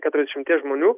keturiasdešimties žmonių